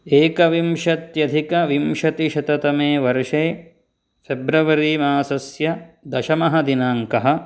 एकविंशत्यधिकविंशतिशततमे वर्षे फ़ेब्रवरी मासस्य दशमदिनाङ्कः